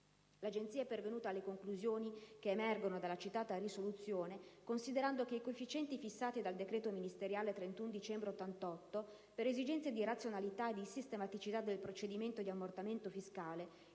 L'Agenzia è pervenuta alle conclusioni che emergono dalla citata risoluzione considerando che i coefficienti fissati dal decreto ministeriale 31 dicembre 1988, per esigenze di razionalità e di sistematicità del procedimento di ammortamento fiscale,